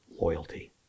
loyalty